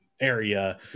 area